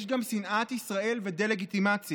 יש גם שנאת ישראל ודה-לגיטימציה: